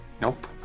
Nope